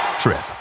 trip